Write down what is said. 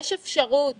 יש אפשרות